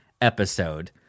episode